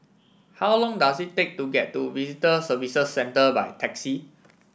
how long does it take to get to Visitor Services Centre by taxi